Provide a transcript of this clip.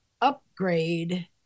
upgrade